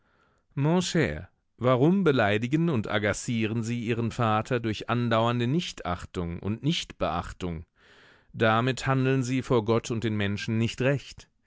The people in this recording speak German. warum beleidigen und agacieren sie ihren vater durch andauernde nichtachtung und nichtbeachtung damit handeln sie vor gott und den menschen nicht recht